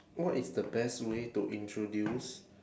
what is the best way to introduce